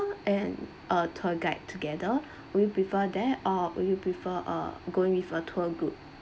and a tour guide together would you prefer that or would you prefer uh going with a tour group